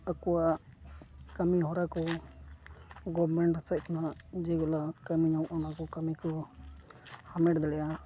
ᱟᱠᱚᱣᱟᱜ ᱠᱟᱹᱢᱤ ᱦᱚᱨᱟ ᱠᱚ ᱜᱚᱵᱢᱮᱱᱴ ᱥᱮᱡ ᱠᱷᱚᱱᱟᱜ ᱡᱮ ᱜᱩᱞᱟ ᱠᱟᱹᱢᱤ ᱧᱟᱢᱚᱜᱼᱟ ᱚᱱᱟ ᱠᱚ ᱠᱟᱹᱢᱤ ᱠᱚ ᱦᱟᱢᱮᱴ ᱫᱟᱲᱮᱜᱼᱟ